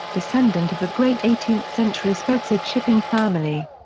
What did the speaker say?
descendant of a great eighteenth century spetsiot shipping family.